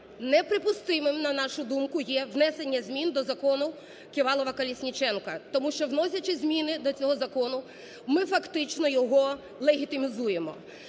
Неприпустимим, на нашу думку, є внесення змін до закону Ківалова-Колесніченка. Тому що, вносячи зміни до цього закону, ми фактично його легітимізуємо.